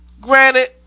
granted